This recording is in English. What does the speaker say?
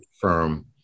firm